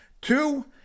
two